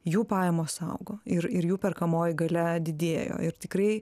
jų pajamos augo ir ir jų perkamoji galia didėjo ir tikrai